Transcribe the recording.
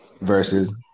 versus